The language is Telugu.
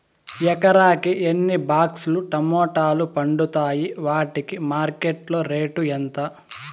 ఎకరాకి ఎన్ని బాక్స్ లు టమోటాలు పండుతాయి వాటికి మార్కెట్లో రేటు ఎంత?